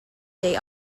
day